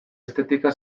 estetika